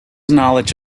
knowledge